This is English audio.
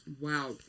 Wow